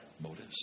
motives